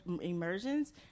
immersions